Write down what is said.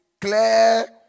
clear